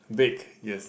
bake yes